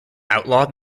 outlawed